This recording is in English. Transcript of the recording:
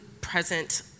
present